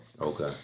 Okay